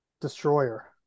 destroyer